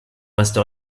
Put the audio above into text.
reste